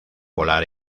volar